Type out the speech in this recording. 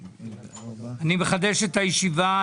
שלום רב, אני מתכבד לפתוח את הישיבה.